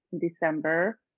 December